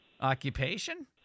occupation